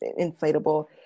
inflatable